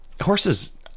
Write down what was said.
horses